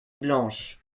blanche